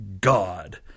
God